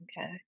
Okay